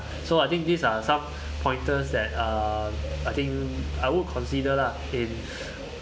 so I think these are some pointers that uh I think I would consider lah in